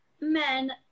men